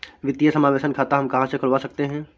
वित्तीय समावेशन खाता हम कहां से खुलवा सकते हैं?